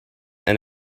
and